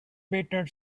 better